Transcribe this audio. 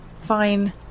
fine